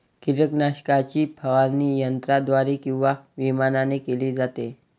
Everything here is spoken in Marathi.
कीटकनाशकाची फवारणी यंत्राद्वारे किंवा विमानाने केली जाते